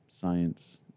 science